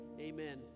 amen